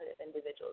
individuals